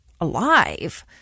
alive